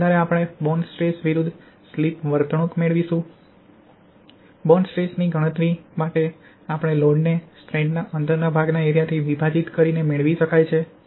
તેના આધારે આપણે બોન્ડ સ્ટ્રેસ વિરુધ્ધ સ્લિપ વર્તણૂક મેળવીશું બોન્ડ સ્ટ્રેસ ની ગણતરી માટે આપણે લોડ ને સ્ટ્રેન્ડના અંદરના ભાગના એરિયાથી વિભાજીત કરીને મેળવી શકાય છે